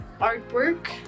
artwork